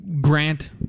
grant